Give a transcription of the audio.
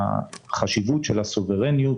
החשיבות של הסוברניות